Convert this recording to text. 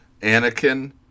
Anakin